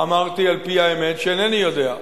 אמרתי, על-פי האמת, שאינני יודע,